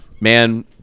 man